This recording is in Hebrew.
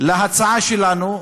להצעה שלנו,